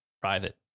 private